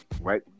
right